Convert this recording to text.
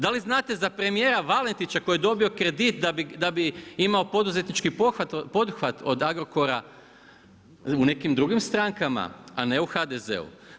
Da li znate za premjera Valentića koje je dobio kredit da bi imao poduzetnički pothvat od Agrokora u nekim drugim strankama a ne u HDZ-u.